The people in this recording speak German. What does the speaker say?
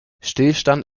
stillstand